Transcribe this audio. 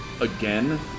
again